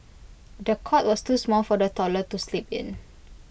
the cot was too small for the toddler to sleep in